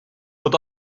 but